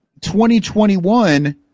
2021